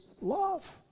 love